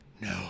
no